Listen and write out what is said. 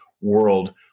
world